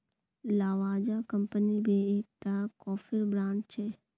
Lavazza company भी एक टा कोफीर ब्रांड छे